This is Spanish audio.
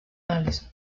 allison